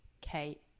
Kate